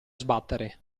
sbattere